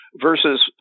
versus